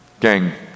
Gang